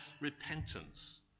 repentance